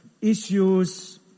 issues